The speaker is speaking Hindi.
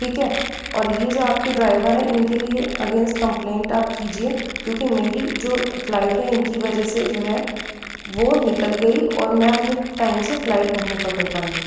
ठीक है और ये जो आप के ड्राइवर है इन के लिए अगेंस्ट कंप्लेंट आप कीजिये क्यों के मेरी जो फ्लाइट है इनकी वजह से जो है वो निकल गई और मैं अपने टाइम से फ्लाइट नहीं पकड़ पाई हूँ